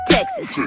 Texas